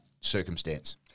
circumstance